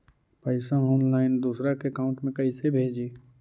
पैसा ऑनलाइन दूसरा के अकाउंट में कैसे भेजी?